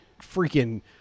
freaking